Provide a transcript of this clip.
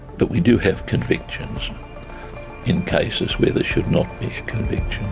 but we do have convictions in cases where there should not be a conviction.